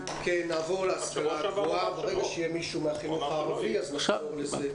נעבור להשכלה הגבוהה וברגע שיהיה מישהו מהחינוך הערבי נחזור.